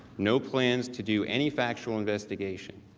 no plans to do any factual investigation.